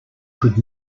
could